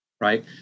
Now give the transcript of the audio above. right